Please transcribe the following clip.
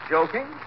Joking